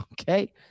Okay